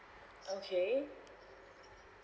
okay